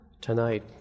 tonight